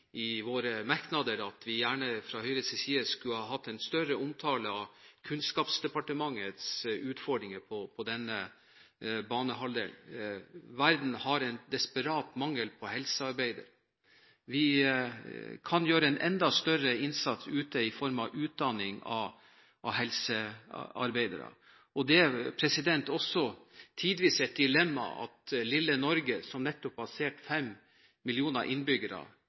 våre merknader at vi gjerne skulle hatt en større omtale av Kunnskapsdepartementets utfordringer på denne banehalvdel. Verden har en desperat mangel på helsearbeidere. Vi kan gjøre en enda større innsats ute, i form av utdanning av helsearbeidere. Det er også tidvis et dilemma at lille Norge, som nettopp har passert fem millioner innbyggere,